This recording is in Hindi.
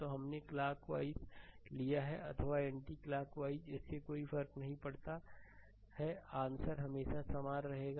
तोहमने क्लॉक वाइज लिया है अथवा एंटीक्लाकवाइज इससे कोई फर्क नहीं पड़ता है आंसर हमेशा सामान रहेगा